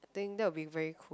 think that will be very cool